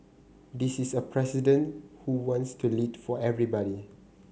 this is a president who wants to lead for everybody